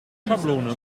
schablone